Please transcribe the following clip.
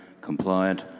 compliant